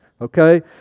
okay